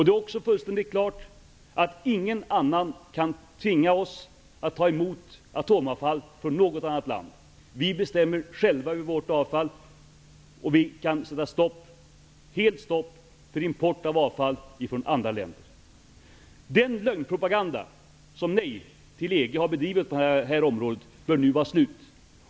Det är också fullständigt klart att ingen annan kan tvinga oss att ta emot atomavfall från något annat land. Vi bestämmer själva över vårt avfall, och vi kan sätta helt stopp för import av avfall från andra länder. Den lögnpropaganda som Nej till EG har bedrivit på det här området bör nu vara slut.